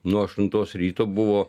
nuo aštuntos ryto buvo